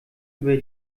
über